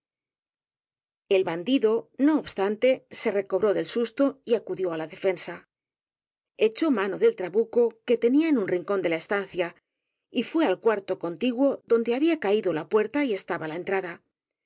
el bandido no obstante se recobró del susto y acudió á la defensa echó mano del trabuco que tenía en un rincón de la estancia y fué al cuarto contiguo donde ha bía caído la puerta y estaba la entrada